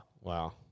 Wow